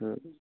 تہٕ